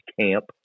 Camp